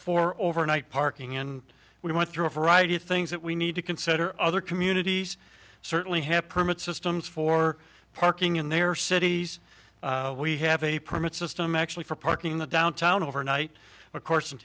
for overnight parking and we went through a variety of things that we need to consider other communities certainly have permits systems for parking in their cities we have a permit system actually for parking in the downtown overnight of course